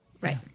Right